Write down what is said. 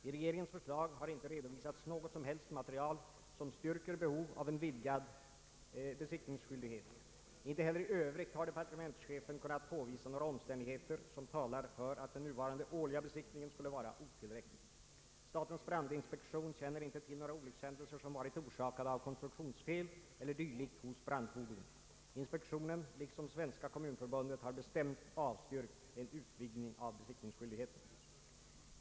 I regeringens förslag har inte redovisats något som helst material som styrker behov av en vidgad besiktningsskyldighet. Inte heller i övrigt har departementschefen kunnat påvisa några omständigheter som talar för att den nuvarande årliga besiktningen skulle vara otillräcklig. Statens brandinspektion känner inte till några olyckshändelser som varit orsakade av konstruktionsfel e. d. hos brandfordon. Inspektionen liksom Svenska kommunförbundet har bestämt avstyrkt en utvidgning av besiktningsskyldigheten.